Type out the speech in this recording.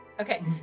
okay